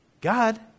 God